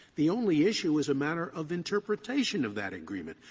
the only issue was a matter of interpretation of that agreement,